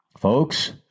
Folks